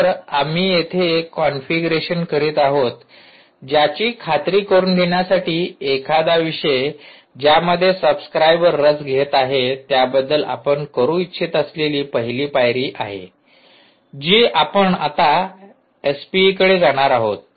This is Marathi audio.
तर आम्ही येथे एक कॉन्फिगरेशन करीत आहोत ज्याची खात्री करुन घेण्यासाठी एखादा विषय ज्यामध्ये सबस्क्राइबर रस घेत आहे त्याबद्दल आपण करू इच्छित असलेली पहिली पायरी आहे जी आपण आता एसपीईकडे जाणार आहोत